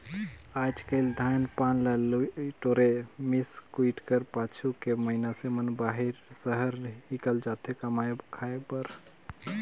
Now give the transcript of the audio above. आएज काएल धान पान ल लुए टोरे, मिस कुइट कर पाछू के मइनसे मन बाहिर सहर हिकेल जाथे कमाए खाए बर